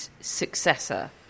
successor